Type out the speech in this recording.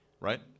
Right